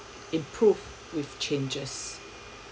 improve with changes